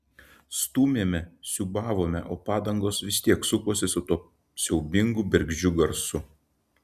stūmėme siūbavome o padangos vis tiek sukosi su tuo siaubingu bergždžiu garsu